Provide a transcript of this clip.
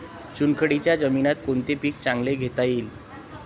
चुनखडीच्या जमीनीत कोनतं पीक चांगलं घेता येईन?